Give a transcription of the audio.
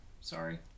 sorry